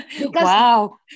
Wow